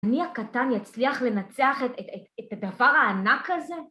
אני הקטן יצליח לנצח את הדבר הענק הזה?